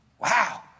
Wow